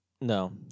No